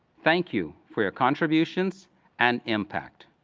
thank you for your contributions and impact.